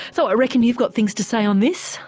so i reckon you've got things to say on this,